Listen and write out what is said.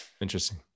Interesting